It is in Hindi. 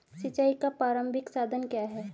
सिंचाई का प्रारंभिक साधन क्या है?